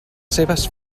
seves